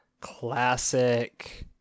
classic